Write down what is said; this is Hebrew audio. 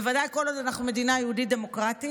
בוודאי כל עוד אנחנו מדינה יהודית דמוקרטית,